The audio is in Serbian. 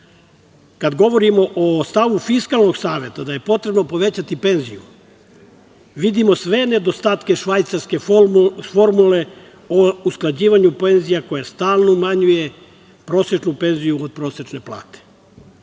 govorimo o stavu Fiskalnog saveta da je potrebno povećati penziju, vidimo sve nedostatke švajcarske formule o usklađivanju penzija koje stalno umanjuje prosečnu penziju od prosečne plate.